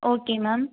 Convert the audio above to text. okay ma'am